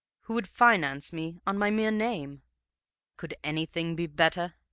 who would finance me on my mere name could anything be better?